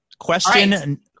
Question